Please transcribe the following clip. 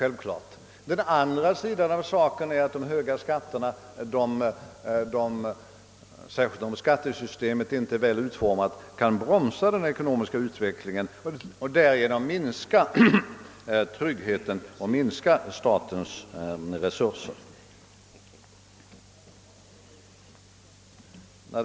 Men den andra sidan av saken är att de höga skatterna, särskilt om skattesystemet inte är väl utformat, kan bromsa den ekonomiska utvecklingen och därigenom minska tryggheten och minska statens resurser.